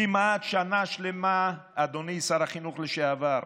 כמעט שנה שלמה, אדוני שר החינוך לשעבר,